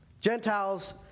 Gentiles